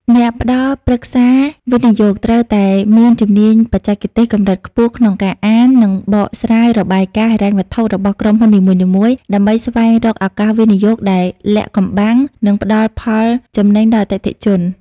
អ្នកផ្ដល់ប្រឹក្សាវិនិយោគត្រូវតែមានជំនាញបច្ចេកទេសកម្រិតខ្ពស់ក្នុងការអាន និងបកស្រាយរបាយការណ៍ហិរញ្ញវត្ថុរបស់ក្រុមហ៊ុននីមួយៗ ដើម្បីស្វែងរកឱកាសវិនិយោគដែលលាក់កំបាំង និងផ្ដល់ផលចំណេញដល់អតិថិជន។